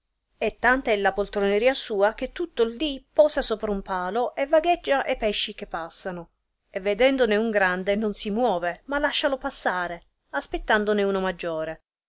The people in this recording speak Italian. e tanta è la poltroneria sua che tutto il dì posa sopra un palo e vagheggia e pesci che passano e vedendone un grande non si muove ma lascialo passare aspettandone uno maggiore